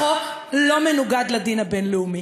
החוק לא מנוגד לדין הבין-לאומי.